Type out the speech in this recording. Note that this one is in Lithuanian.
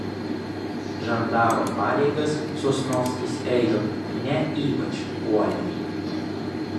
žandaro pareigas sosnovskis ėjo ne ypač uoliai